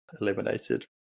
eliminated